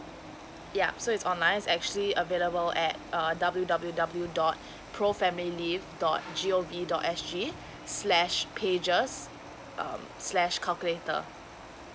yeah so it's online is actually available at err W W W dot pro family leave dot G O V dot S G slash pages um slash calculator